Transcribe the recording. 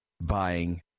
buying